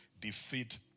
defeat